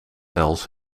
els